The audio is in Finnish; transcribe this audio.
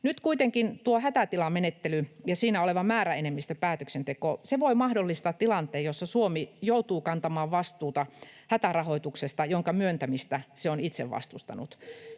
Nyt kuitenkin tuo hätätilamenettely ja siinä oleva määräenemmistöpäätöksenteko voivat mahdollistaa tilanteen, jossa Suomi joutuu kantamaan vastuuta hätärahoituksesta, jonka myöntämistä se on itse vastustanut.